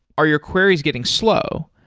are your queries getting slow?